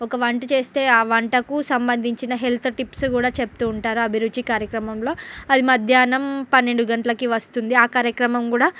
ఒక వంట చేస్తే ఆ వంటకు సంబంధించిన హెల్త్ టిప్స్ కూడా చెప్తూ ఉంటారు అభిరుచి కార్యక్రమంలో అది మధ్యాహ్నం పన్నెండు గంటలకి వస్తుంది ఆ కార్యక్రమం కూడా